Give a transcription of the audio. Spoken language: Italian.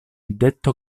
detto